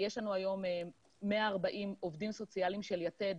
יש לנו היום 140 עובדים סוציאליים של יתד